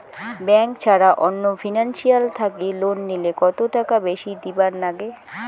Bank ছাড়া অন্য financial থাকি লোন নিলে কতটাকা বেশি দিবার নাগে?